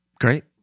Great